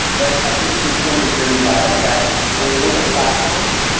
but i think your point is very valid that when you look at platforms,